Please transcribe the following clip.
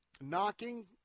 Knocking